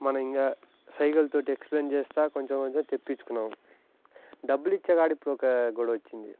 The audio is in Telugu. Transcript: మనం ఇంకా సైగల తోటి కొంచెం ఎక్స్ప్లెయిన్ చేస్తూ కొంచెం కొంచెం తెప్పించుకున్నాం డబ్బులు ఇచ్చే కాడ ఇప్పుడు ఒక గొడవొచ్చింది